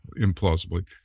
implausibly